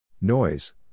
Noise